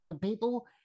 people